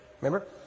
Remember